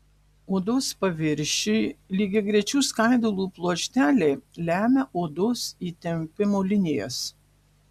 odos paviršiui lygiagrečių skaidulų pluošteliai lemia odos įtempimo linijas